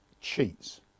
cheats